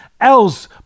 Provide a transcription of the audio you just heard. else